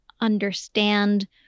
understand